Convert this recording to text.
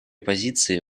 позиции